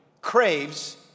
craves